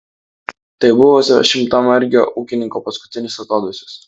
tai buvusio šimtamargio ūkininko paskutinis atodūsis